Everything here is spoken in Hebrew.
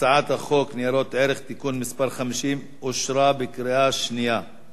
הצעת חוק ניירות ערך (תיקון מס' 50) אושרה בקריאה שנייה.